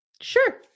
sure